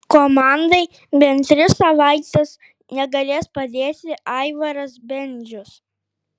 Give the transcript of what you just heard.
komandai bent tris savaites negalės padėti aivaras bendžius